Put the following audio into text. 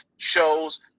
shows